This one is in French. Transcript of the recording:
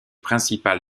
principale